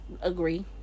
agree